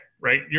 right